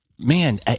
Man